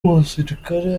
umusirikare